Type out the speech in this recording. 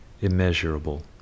immeasurable